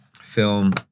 film